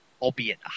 albeit